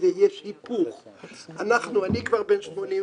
אני כבר בן 85